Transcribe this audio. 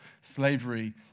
slavery